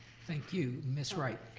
thank you. ms. wright?